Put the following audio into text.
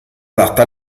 adatta